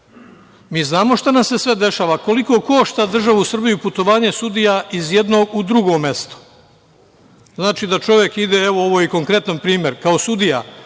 Mi znamo šta nam se sve dešava, koliko košta državu Srbiju putovanje sudija iz jednog u drugo mesto. Znači, evo konkretan primer, sudija